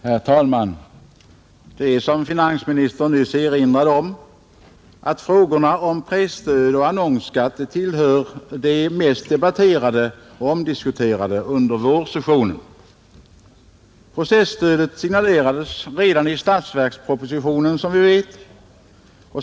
Herr talman! Som finansministern nyss erinrade om tillhör frågorna om presstöd och annonsskatt de mest debatterade och omdiskuterade under vårsessionen. Presstödet signalerades redan i statsverkspropositionen, som vi vet.